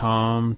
Tom